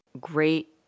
great